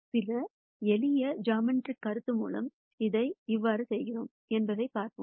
சில எளிய ஜாமெட்ரிக் கருத்து மூலம் இதை எவ்வாறு செய்கிறோம் என்பதைப் பார்ப்போம்